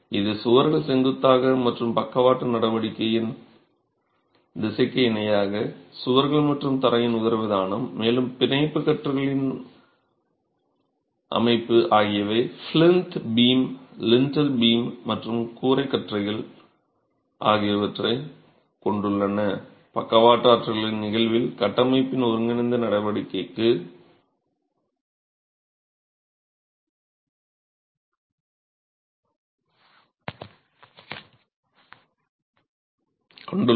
இது சுவர்கள் செங்குத்தாக மற்றும் பக்கவாட்டு நடவடிக்கையின் திசைக்கு இணையான சுவர்கள் மற்றும் தரையின் உதரவிதானம் மேலும் பிணைப்பு கற்றைகளின் அமைப்பு ஆகியவை ப்ளிந்த் பீம் லிண்டல் பீம் மற்றும் கூரைக் கற்றைகள் ஆகியவற்றைக் பக்கவாட்டு ஆற்றல்களின் நிகழ்வில் கட்டமைப்பின் ஒருங்கிணைந்த நடவடிக்கைக்கு கொண்டுள்ளன